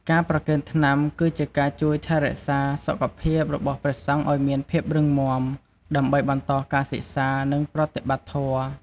ការប្រគេនថ្នាំ គឺជាការជួយថែរក្សាសុខភាពរបស់ព្រះសង្ឃឱ្យមានភាពរឹងមាំ ដើម្បីបន្តការសិក្សា និងប្រតិបត្តិធម៌។